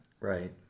Right